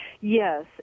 Yes